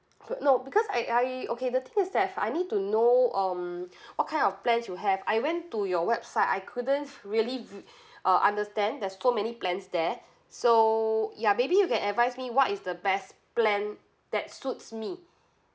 for no because I I okay the thing is that I need to know um what kind of plans you have I went to your website I couldn't really uh understand there's so many plans there so ya maybe you can advise me what is the best plan that suits me